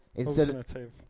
Alternative